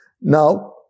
Now